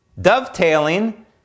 dovetailing